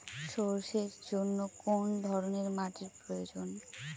সরষের জন্য কোন ধরনের মাটির প্রয়োজন?